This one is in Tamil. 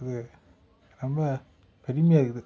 இது ரொம்ப பெருமையாக இருக்குது